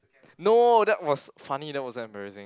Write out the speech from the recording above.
no that was funny that wasn't embarrassing